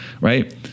right